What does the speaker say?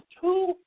two